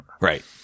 Right